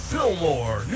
Fillmore